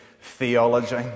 theology